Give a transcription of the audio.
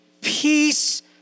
peace